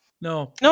No